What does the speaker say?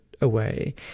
away